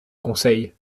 conseil